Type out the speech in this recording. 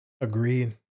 Agreed